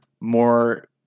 more